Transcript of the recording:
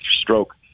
stroke